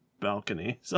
balcony